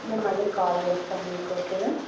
నేను మళ్ళీ కాల్ చేస్తాను మీకు ఓకేనా